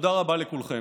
תודה רבה לכולכם.